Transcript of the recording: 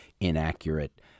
inaccurate